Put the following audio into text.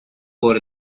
por